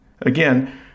Again